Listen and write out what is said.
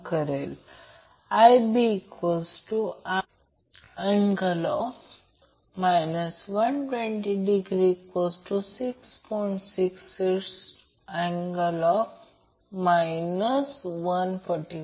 तर येथे आपण आकृती 10 वरून I a Van Z Y मी असे लिहित आहे त्याचप्रमाणे Van अँगल 0° Z Y